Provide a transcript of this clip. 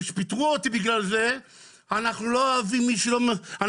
כשפיטרו אותי בגלל זה הם אמרו שהם לא